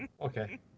okay